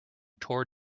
tore